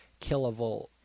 kilovolt